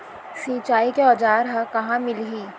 सिंचाई के औज़ार हा कहाँ मिलही?